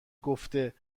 گفته